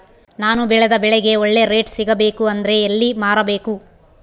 ನಾನು ಬೆಳೆದ ಬೆಳೆಗೆ ಒಳ್ಳೆ ರೇಟ್ ಸಿಗಬೇಕು ಅಂದ್ರೆ ಎಲ್ಲಿ ಮಾರಬೇಕು?